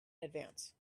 advance